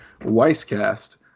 Weisscast